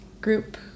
group